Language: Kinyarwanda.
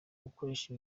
gukoresha